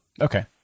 okay